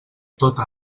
tota